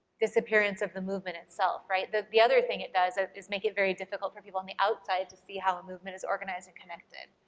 disappearance of the movement itself, right. the the other thing it does ah is make it very difficult for people on the outside to see how a movement is organized and connected.